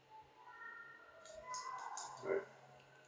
alright